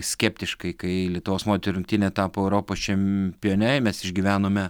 skeptiškai kai lietuvos moterų rinktinė tapo europos čempione mes išgyvenome